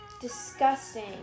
disgusting